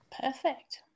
Perfect